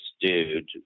dude